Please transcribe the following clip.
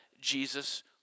Jesus